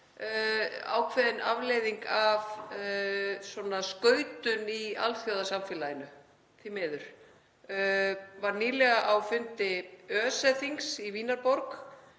ákveðin afleiðing af skautun í alþjóðasamfélaginu, því miður. Ég var nýlega á fundi ÖSE-þings í Vínarborg